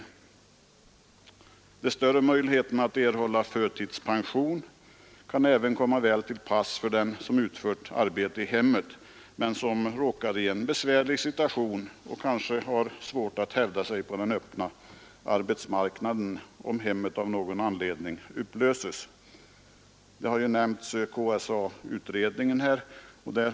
Även de större möjligheterna att erhålla förtidspension kan komma väl till pass för den som utfört arbete i hemmet men som råkar i en besvärlig situation och kanske har svårt att hävda sig på den öppna arbetsmarknaden, om hemmet av någon anledning upplöses. KSA-utredningen har nämnts här.